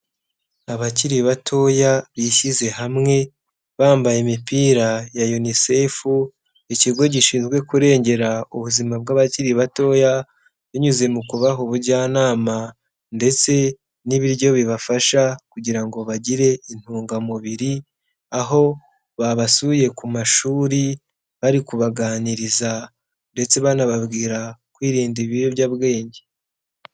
Abakiri batoya bishyize hamwe, bambaye imipira ya UNICEF, ikigo gishinzwe kurengera ubuzima bw'abakiri batoya binyuze mu kubaha ubujyanama ndetse n'ibiryo bibafasha kugira ngo bagire intungamubiri, aho babasuye ku mashuri bari kubaganiriza ndetse banababwira kwirinda ibiyobyabwenge.